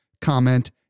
comment